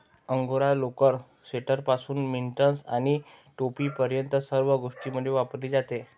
angora लोकर, स्वेटरपासून mittens आणि टोपीपर्यंत सर्व गोष्टींमध्ये वापरली जाते